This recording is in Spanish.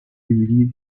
dividir